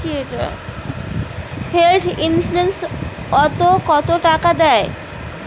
Health insurance ওত কত টাকা দেয়?